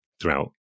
throughout